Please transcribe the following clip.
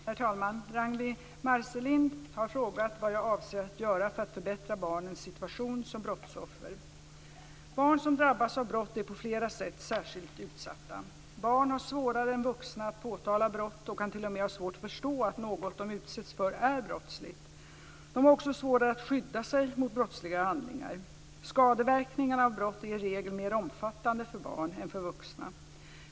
Herr talman! Ragnwi Marcelind har frågat vad jag avser göra för att förbättra barnens situation som brottsoffer. Barn som drabbas av brott är på flera sätt särskilt utsatta. Barn har svårare än vuxna att påtala brott och kan t.o.m. ha svårt att förstå att något de utsätts för är brottsligt. De har också svårare att skydda sig mot brottsliga handlingar. Skadeverkningarna av brott är i regel mer omfattande för barn än för vuxna.